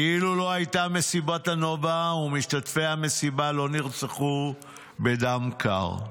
כאילו לא הייתה מסיבת הנובה ומשתתפי המסיבה לא נרצחו בדם קר,